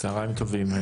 צוהריים טובים,